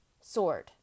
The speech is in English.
sword